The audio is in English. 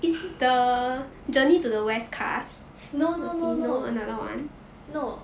no no no no no